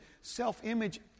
self-image